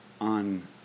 on